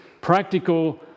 practical